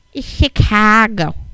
Chicago